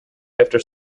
after